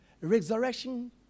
resurrection